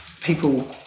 people